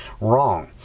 Wrong